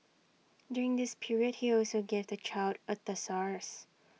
during this period he also gave the child A thesaurus